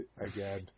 again